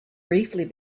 briefly